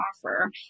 offer